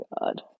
god